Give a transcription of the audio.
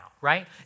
right